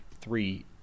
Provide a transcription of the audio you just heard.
three